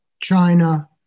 China